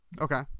Okay